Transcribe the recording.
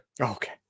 Okay